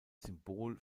symbol